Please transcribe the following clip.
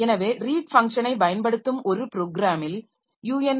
எனவே ரீட் பஃங்ஷனை பயன்படுத்தும் ஒரு ப்ரோக்ராமில் unistd